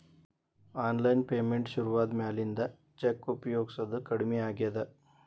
online payment ಶುರುವಾದ ಮ್ಯಾಲಿಂದ cheque ಉಪಯೊಗಸೋದ ಕಡಮಿ ಆಗೇದ